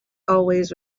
always